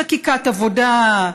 חקיקת עבודה,